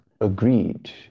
agreed